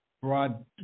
broad